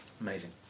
Amazing